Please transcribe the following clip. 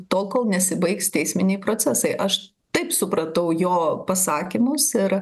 tol kol nesibaigs teisminiai procesai aš taip supratau jo pasakymus ir